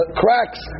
cracks